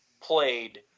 played